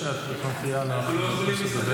הוא עצר, הוא עצר.